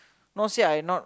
not say I not